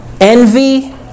envy